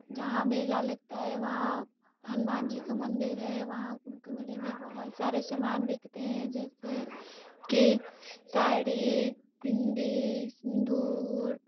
जहाँ मेला लगता है वहाँ हनुमान जी का मंदिर है वहाँ कुंभ के मेले में बहुत सारे समान बिकते हैं जैसे कि साड़ी बिंदी सिंदूर